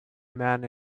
man